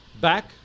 back